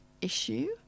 issue